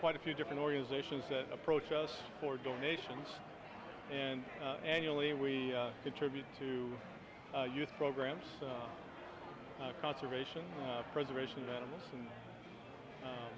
quite a few different organizations that approach us for donations and annually we contribute to youth programs for conservation preservation animals and